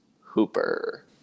Hooper